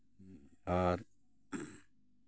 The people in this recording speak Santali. ᱟᱨ